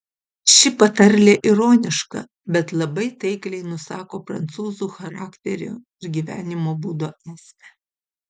ši patarlė ironiška bet labai taikliai nusako prancūzų charakterio ir gyvenimo būdo esmę